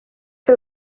que